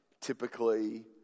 typically